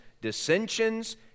dissensions